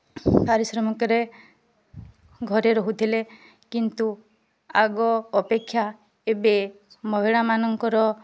ପାରିଶ୍ରମିକରେ ଘରେ ରହୁଥିଲେ କିନ୍ତୁ ଆଗ ଅପେକ୍ଷା ଏବେ ମହିଳାମାନଙ୍କର